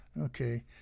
okay